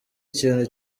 ikintu